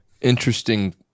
Interesting